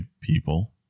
people